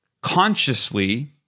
consciously